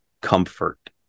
comfort